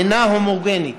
אינה הומוגנית.